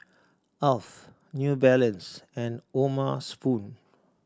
Alf New Balance and O'ma Spoon